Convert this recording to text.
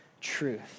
truth